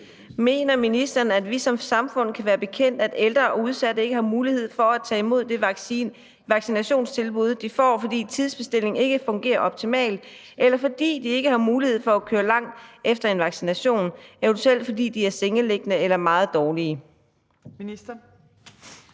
Mener ministeren, at vi som samfund kan være bekendt, at ældre og udsatte ikke har mulighed for at tage imod det vaccinationstilbud, de får, fordi tidsbestillingen ikke fungerer optimalt, eller fordi de ikke har mulighed for at køre langt efter en vaccination – eventuelt fordi de er sengeliggende eller meget dårlige?